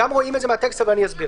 גם רואים את זה מהטקסט, אבל אני אסביר.